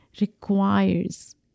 requires